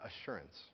assurance